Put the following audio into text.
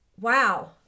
wow